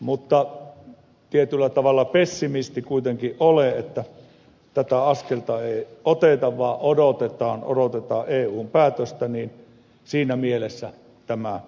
mutta kun tietyllä tavalla pessimisti kuitenkin olen että tätä askelta ei oteta vaan odotetaan odotetaan eun päätöstä niin siinä mielessä tämä puheenvuoro